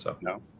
No